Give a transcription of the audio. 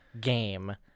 game